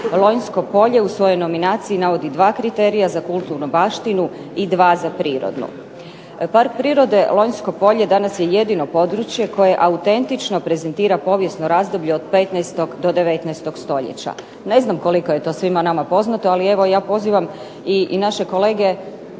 Lonjsko polje u svojoj nominaciji navodi dva kriterija za kulturnu baštinu i dva za prirodnu. Park prirode "Lonjsko polje" danas je jedino područje koje autentično prezentira povijesno razdoblje od 15. do 19. stoljeća. Ne znam koliko je to svima nama poznato ali evo ja pozivam i naše kolege,